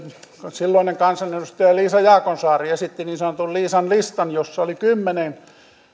silloinen kansanedustaja liisa jaakonsaari esitti niin sanotun liisan listan jossa oli kymmenen